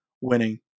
winning